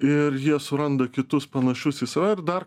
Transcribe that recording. ir jie suranda kitus panašius į save ir dar